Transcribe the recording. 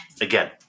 again –